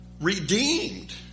redeemed